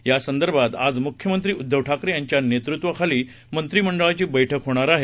यासंदर्भात आज मुख्यमंत्री उद्धव ठाकरे यांच्या नेतृत्वाखाली मंत्रीमंडळाची बरुक्क होणार आहे